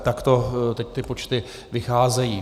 Takto teď ty počty vycházejí.